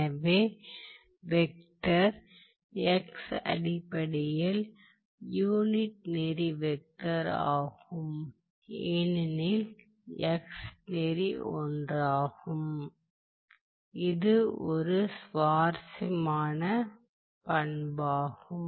எனவே வெக்டர் அடிப்படையில் யூனிட் நெறி வெக்டர் ஆகும் ஏனெனில் நெறி ஒன்றாகும் இது ஒரு சுவாரஸ்யமான பண்பாகும்